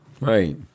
Right